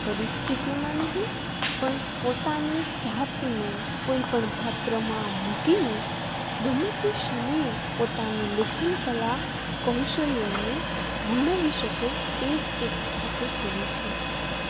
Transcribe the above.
પરિસ્થિતિમાં નહીં પણ પોતાની જાતને કોઈ પણ પાત્રમાં મૂકીને ગમે તે સમયે પોતાની લેખન કલા કૌશલ્યને વર્ણવી શકે એ જ એક સાચો કવિ છે